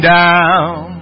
down